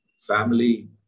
family